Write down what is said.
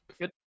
Good